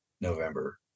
November